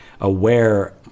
aware